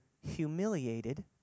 humiliated